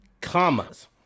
Commas